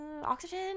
oxygen